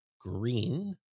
green